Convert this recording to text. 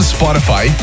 Spotify